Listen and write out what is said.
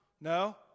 No